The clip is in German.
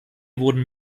wurden